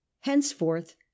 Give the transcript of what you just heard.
Henceforth